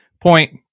point